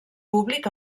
públic